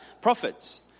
prophets